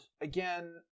again